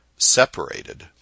Separated